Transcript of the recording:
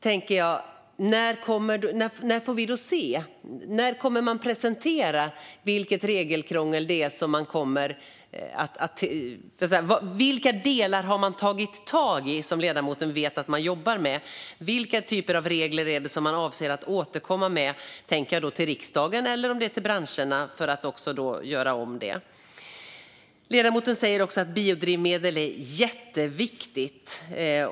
När kommer man att presentera vilka delar man har tagit tag i som ledamoten vet att man jobbar med? Vilka typer av regeländringar är det som man avser att återkomma med till riksdagen eller till branscherna? Ledamoten säger också att biodrivmedel är jätteviktigt.